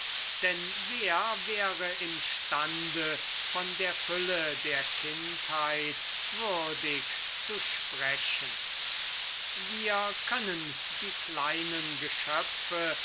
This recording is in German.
denn wer wäre imstande von der fülle der kindheit würdig zu sprechen wir können die kleinen geschöpfe